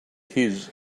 his